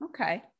Okay